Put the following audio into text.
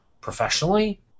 professionally